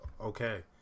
okay